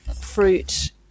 fruit